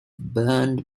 burned